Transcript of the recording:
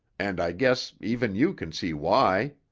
and i guess even you can see why.